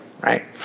right